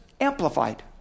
amplified